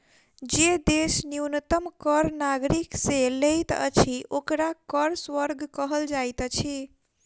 जे देश न्यूनतम कर नागरिक से लैत अछि, ओकरा कर स्वर्ग कहल जाइत अछि